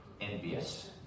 envious